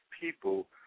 people